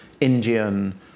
Indian